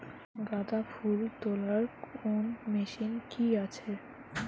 গাঁদাফুল তোলার কোন মেশিন কি আছে?